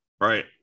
Right